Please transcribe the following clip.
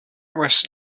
was